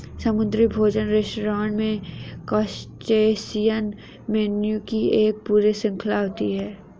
समुद्री भोजन रेस्तरां में क्रस्टेशियन मेनू की एक पूरी श्रृंखला होती है